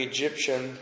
Egyptian